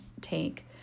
take